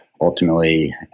ultimately